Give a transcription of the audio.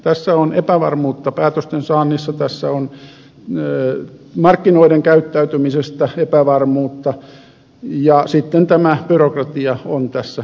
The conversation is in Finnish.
tässä on epävarmuutta päätösten saannissa tässä on markkinoiden käyttäytymisestä epävarmuutta ja sitten tämä byrokratia on tässä varsin suuri